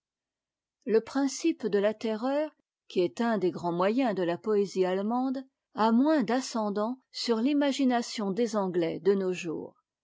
le principe de la terreur qui est un des grands moyens de la poésie allemande a moins d'ascendant sur l'imagination des anglais de nos jours